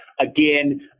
Again